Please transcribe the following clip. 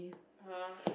!huh!